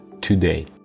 today